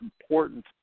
important